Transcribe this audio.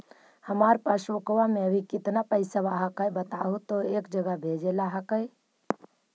हमार पासबुकवा में अभी कितना पैसावा हक्काई बताहु तो एक जगह भेजेला हक्कई?